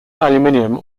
aluminium